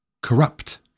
corrupt